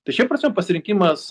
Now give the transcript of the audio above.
tai šia prasme pasirinkimas